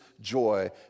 joy